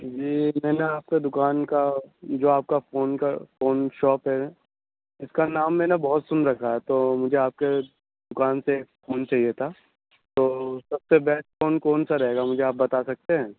جی میں نے آپ کے دکان کا جو آپ کا فون کا فون شاپ ہے اس کا نام میں نے بہت سن رکھا ہے تو مجھے آپ کے دکان سے فون چاہئے تھا تو سب سے بیسٹ فون کون سا رہے گا مجھے آپ بتا سکتے ہیں